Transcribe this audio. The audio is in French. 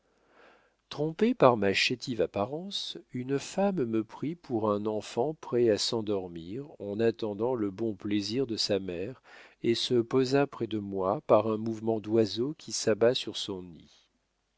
trompée par ma chétive apparence une femme me prit pour un enfant prêt à s'endormir en attendant le bon plaisir de sa mère et se posa près de moi par un mouvement d'oiseau qui s'abat sur son nid